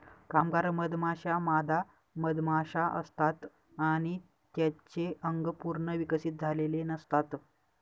कामगार मधमाश्या मादा मधमाशा असतात आणि त्यांचे अंग पूर्ण विकसित झालेले नसतात